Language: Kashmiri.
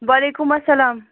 وعلیکُم اسلام